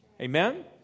Amen